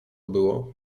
było